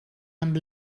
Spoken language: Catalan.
amb